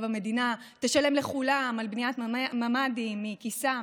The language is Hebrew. המדינה תשלם לכולם על בניית ממ"דים מכיסה,